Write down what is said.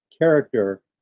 character